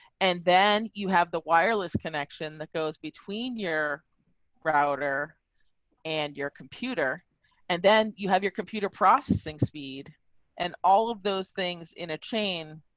and then you have the wireless connection that goes between your router and your computer and then you have your computer processing speed and all of those things in a chain,